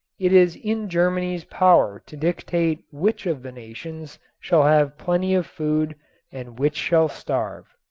it is in germany's power to dictate which of the nations shall have plenty of food and which shall starve.